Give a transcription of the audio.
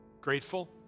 Grateful